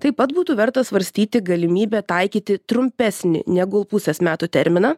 taip pat būtų verta svarstyti galimybę taikyti trumpesnį negu pusės metų terminą